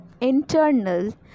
internal